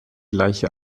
gleiche